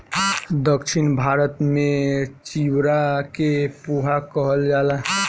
दक्षिण भारत में चिवड़ा के पोहा कहल जाला